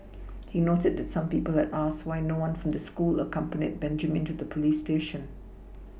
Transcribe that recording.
he noted that some people had asked why no one from the school accompanied Benjamin to the police station